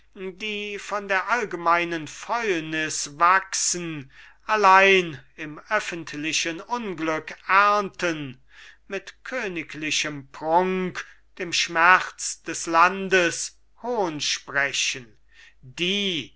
die von der allgemeinen fäulnis wachsen allein im öffentlichen unglück ernten mit königlichem prunk dem schmerz des landes hohn sprechen die